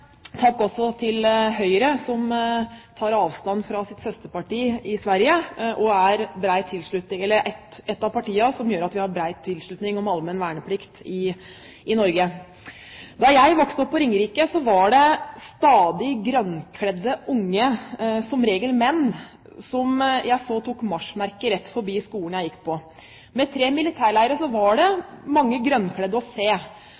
Takk også til Høyre som tar avstand fra sitt søsterparti i Sverige, og som er et av partiene som gjør at vi har en bred tilslutning om allmenn verneplikt i Norge. Da jeg vokste opp på Ringerike, så jeg stadig grønnkledde, som regel unge menn, som gikk til marsjmerket rett forbi skolen jeg gikk på. Med tre militærleirer i området var det mange grønnkledde å se,